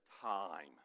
time